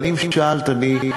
אבל אם שאלת אני,